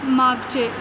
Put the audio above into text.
मागचे